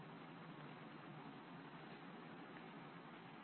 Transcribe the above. छात्र amino acid 3 letter code एक letter code volume surface area distal group